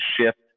shift